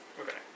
Okay